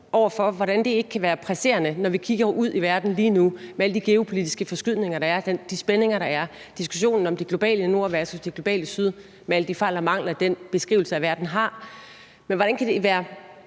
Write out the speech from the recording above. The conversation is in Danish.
over for, er, hvordan det ikke kan være presserende, når vi kigger ud i verden lige nu med alle de geopolitiske forskydninger, der er, og de spændinger, der er. Der er diskussionen mellem det globale nord versus det globale syd med alle de fejl og mangler, den beskrivelse af verden har. Men hvordan kan det være